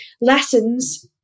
Lessons